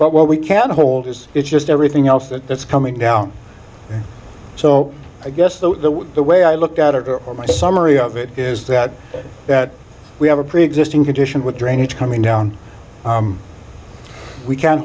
but what we can hold is it's just everything else that that's coming now so i guess the the way i look at it or my summary of it is that that we have a preexisting condition with drainage coming down we can